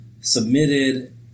submitted